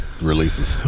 Releases